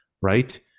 right